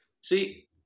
See